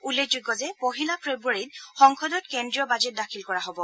উল্লেখযোগ্য যে পহিলা ফেব্ৰুৱাৰীত সংসদত কেন্দ্ৰীয় বাজেট দাখিল কৰা হ'ব